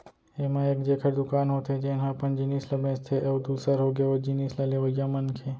ऐमा एक जेखर दुकान होथे जेनहा अपन जिनिस ल बेंचथे अउ दूसर होगे ओ जिनिस ल लेवइया मनखे